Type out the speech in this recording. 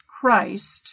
Christ